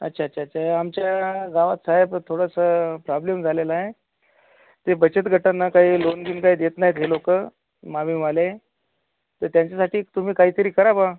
अच्छा अच्छा अच्छा आमच्या गावात साहेब थोडंसं प्रॉब्लेम झालेला आहे ते बचत गटांना काही लोन बिन काही देत नाहीत हे लोकं मावीवाले तर त्यांच्यासाठी तुम्ही काहीतरी करा बुवा